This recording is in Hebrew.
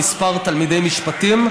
במספר תלמידי משפטים,